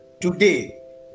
Today